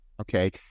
okay